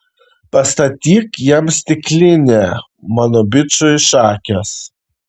pastatyk jam stiklinę mano bičui šakės